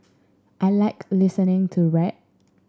I like listening to rap